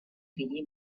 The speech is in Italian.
figli